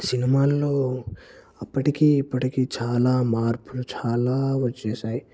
సినిమాల్లో అప్పటికి ఇప్పటికీ చాలా మార్పులు చాలా వచ్చేసాయి